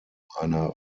einer